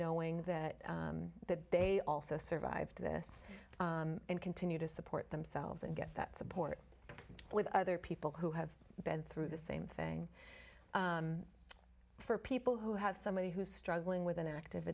knowing that that they also survived this and continue to support themselves and get that support with other people who have been through the same thing for people who have somebody who's struggling with an active